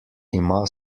ima